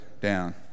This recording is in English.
down